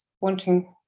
wanting